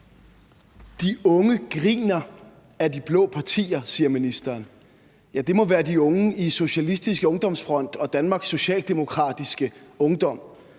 De unge griner af de blå partier, siger ministeren. Ja, det må være de unge i Socialistisk UngdomsFront og Danmarks Socialdemokratiske Ungdom,